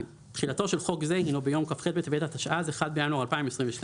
תחילתו של חוק זה הינו ביום כ"ח בטבת התשע"ז (1 בינואר 2022),